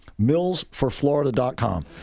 millsforflorida.com